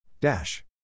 Dash